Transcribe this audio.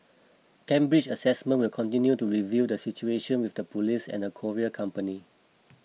Cambridge Assessment will continue to review the situation with the police and the courier company